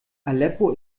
aleppo